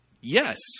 yes